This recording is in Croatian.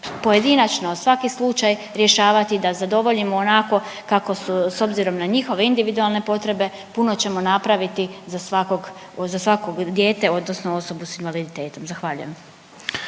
pojedinačno svaki slučaj rješavati da zadovoljimo onako kako su s obzirom na njihove individualne potrebe puno ćemo napraviti za svako dijete odnosno osobu s invaliditetom. Zahvaljujem.